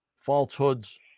falsehoods